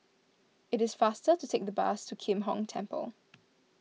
it is faster to take the bus to Kim Hong Temple